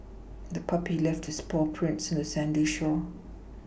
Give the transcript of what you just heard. the puppy left its paw prints on the sandy shore